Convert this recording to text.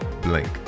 blink